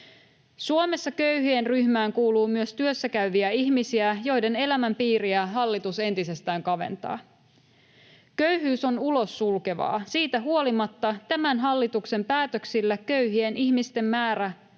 Suomessa köyhien ryhmään kuuluu myös työssäkäyviä ihmisiä, joiden elämänpiiriä hallitus entisestään kaventaa. Köyhyys on ulos sulkevaa. Siitä huolimatta tämän hallituksen päätöksillä köyhien ihmisten määrä